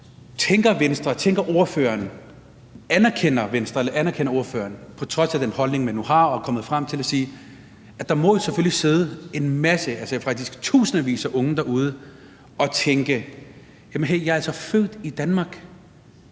Tænker Venstre, tænker ordføreren, anerkender Venstre, anerkender ordføreren, på trods af den holdning, man nu har og er kommet frem til, at der jo selvfølgelig må sidde en masse, ja, faktisk tusindvis af unge, derude, der tænker: Hey, jeg er altså født i Danmark.